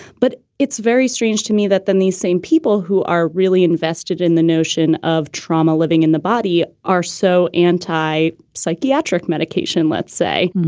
but it's very strange to me that then these same people who are really invested in the notion of trauma living in the body are so and a i. psychiatric medication, let's say,